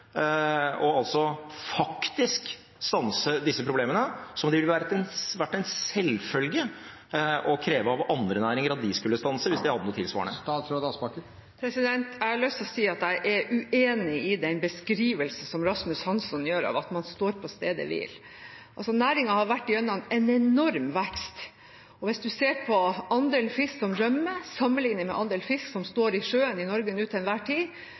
– altså faktisk stanse disse problemene, som det ville vært en selvfølge å kreve av andre næringer at de skulle stanse, hvis de hadde noe tilsvarende? Jeg har lyst til å si at jeg er uenig i den beskrivelsen som Rasmus Hansson gir, at man står på stedet hvil. Næringen har altså vært igjennom en enorm vekst. Hvis en sammenligner andel fisk som rømmer, med andel fisk som står i sjøen i Norge til enhver tid,